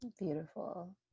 Beautiful